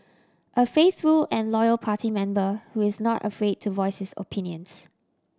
a faithful and loyal party member who is not afraid to voice his opinions